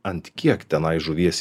ant kiek tenai žuvies